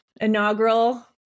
inaugural